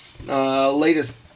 Latest